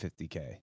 50k